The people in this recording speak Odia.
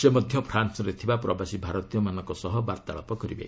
ସେ ମଧ୍ୟ ଫ୍ରାନ୍ସରେ ଥିବା ପ୍ରବାସୀ ଭାରତୀୟଙ୍କ ସହ ବାର୍ତ୍ତାଳାପ କରିବେ